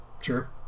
Sure